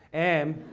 and